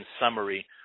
summary